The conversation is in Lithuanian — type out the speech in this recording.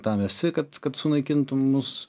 tam esi kad kad sunaikintum mus